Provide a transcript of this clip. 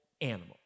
animal